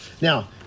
Now